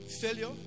failure